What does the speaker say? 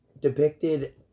Depicted